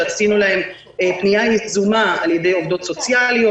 שעשינו להם פנייה יזומה על ידי עובדות סוציאליות,